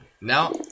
Now